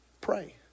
pray